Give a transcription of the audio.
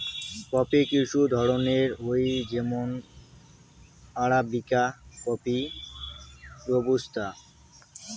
coffee কিসু ধরণের হই যেমন আরাবিকা কফি, রোবুস্তা